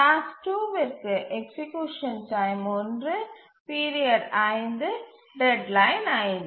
task 2 க்கு execution time 1 period 5 deadline 5